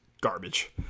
garbage